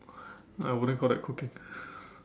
I wouldn't call that cooking